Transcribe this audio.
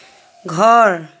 ঘৰ